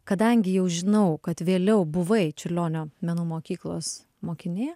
kadangi jau žinau kad vėliau buvai čiurlionio menų mokyklos mokinė